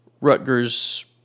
Rutgers